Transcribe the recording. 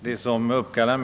Herr talman!